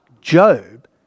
Job